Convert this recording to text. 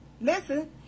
listen